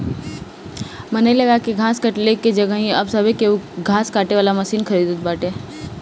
मनई लगा के घास कटले की जगही अब सभे केहू घास काटे वाला मशीन खरीदत बाटे